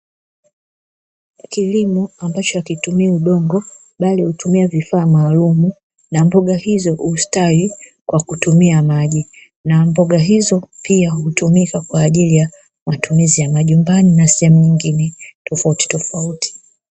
Kilimo ambacho wakitumia udongo bali hutumia vifaa maalumu na mboga hizo ustawi kwa kutumia maji na mboga hizo pia hutumika kwa ajili ya matumizi ya majumbani na sehemu nyingine tofauti tofauti.